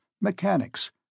mechanics